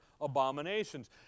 abominations